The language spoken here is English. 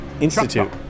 Institute